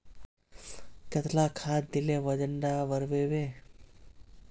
कतला खाद देले वजन डा बढ़बे बे?